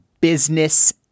business